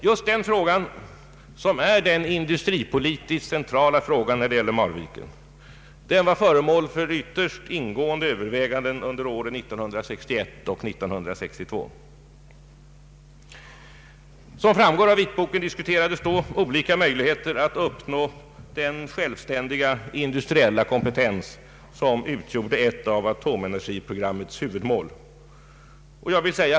Just den frågan, som är den industripolitiskt centrala frågan när det gäller Marviken, var föremål för ytterst ingående överväganden under åren 1961 och 1962. Som framgår av vitboken diskuterades då olika möjligheter att uppnå den självständiga industriella kompetens som utgjorde ett av atomenergiprogrammets huvudmål.